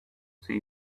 see